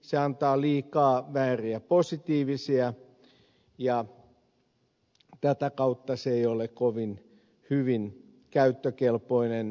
se antaa liikaa vääriä positiivisia ja tätä kautta se ei ole kovin hyvin käyttökelpoinen